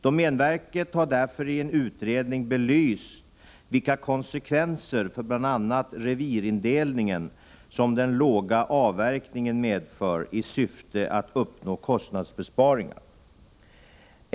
Domänverket har därför i en utredning belyst vilka konsekvenser för bl.a. revirindelningen som den låga avverkningen i syfte att uppnå kostnadsbesparingar medför.